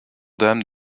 dame